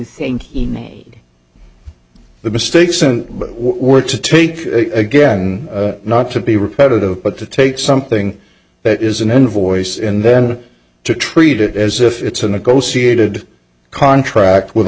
think he made the mistakes in but were to take again not to be repetitive but to take something that is an invoice and then to treat it as if it's a negotiated contract with a